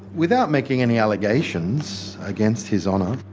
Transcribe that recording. without making any allegations against his honour,